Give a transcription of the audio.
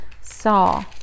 saw